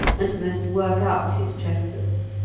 and must work out his trespass.